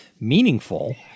meaningful